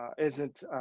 isn't,